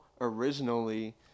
originally